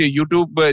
YouTube